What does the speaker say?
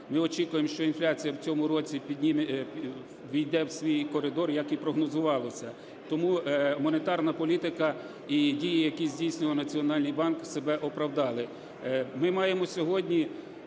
Ми очікуємо, що інфляція в цьому році ввійде у свій коридор, як і прогнозувалося. Тому монетарна політика і дії, які здійснював Національний банк, себе оправдали.